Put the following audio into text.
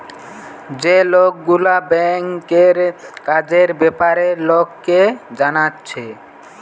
যে লোকগুলা ব্যাংকের কাজের বেপারে লোককে জানাচ্ছে